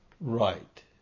Right